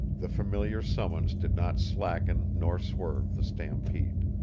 the familiar summons did not slacken nor swerve the stampede.